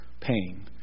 pain